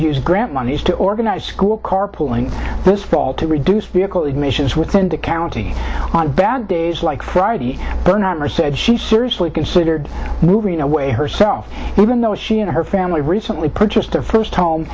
use grant monies to organize school carpooling this fall to reduce vehicle emissions within the county on bad days like friday burner said she seriously considered moving away herself even though she and her family recently purchased their first home